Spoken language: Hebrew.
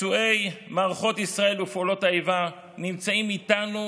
פצועי מערכות ישראל ופעולות האיבה נמצאים איתנו,